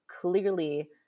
clearly